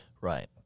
Right